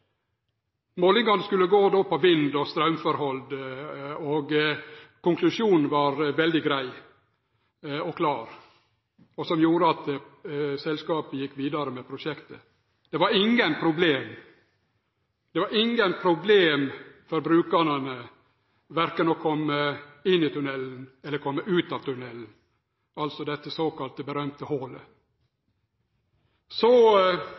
Målingane skulle gå på vind- og straumforholda, og konklusjonen var veldig grei og klar, som gjorde at selskapet gjekk vidare med prosjektet. Det var ingen problem for brukarane verken å kome inn i tunnelen eller kome ut av tunnelen, altså dette berømte såkalla holet. Så vart det